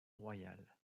royale